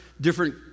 different